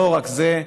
לא רק זה,